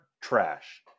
Trash